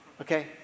okay